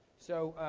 so,